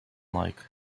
like